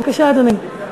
בבקשה, אדוני.